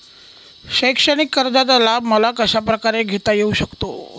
शैक्षणिक कर्जाचा लाभ मला कशाप्रकारे घेता येऊ शकतो?